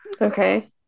Okay